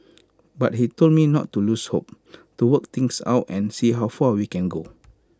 but he told me not to lose hope to work things out and see how far we can go